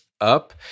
up